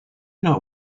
not